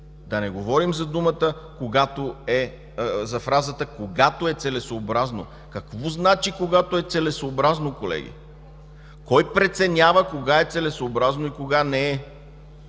да не говорим за фразата „когато е целесъобразно”. Какво значи „когато е целесъобразно”, колеги? Кой преценява кога е целесъобразно и кога не е?